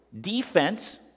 defense